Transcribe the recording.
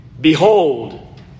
Behold